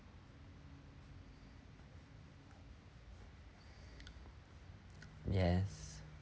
yes